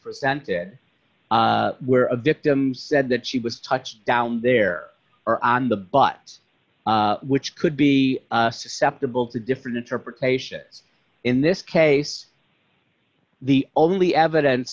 presented where a victim said that she was touched down there or on the butt which could be susceptible to different interpretations in this case the only evidence